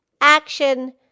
Action